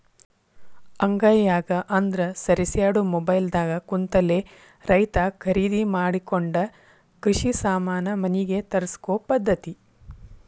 ಅಂಗೈಯಾಗ ಅಂದ್ರ ಸರಿಸ್ಯಾಡು ಮೊಬೈಲ್ ದಾಗ ಕುಂತಲೆ ರೈತಾ ಕರಿದಿ ಮಾಡಕೊಂಡ ಕೃಷಿ ಸಾಮಾನ ಮನಿಗೆ ತರ್ಸಕೊ ಪದ್ದತಿ